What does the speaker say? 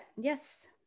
yes